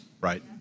right